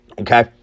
Okay